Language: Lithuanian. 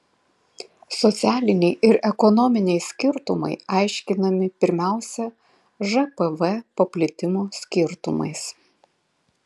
socialiniai ir ekonominiai skirtumai aiškinami pirmiausia žpv paplitimo skirtumais